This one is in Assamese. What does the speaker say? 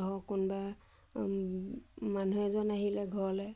ধৰক কোনোবা মানুহ এজন আহিলে ঘৰলৈ